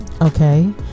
Okay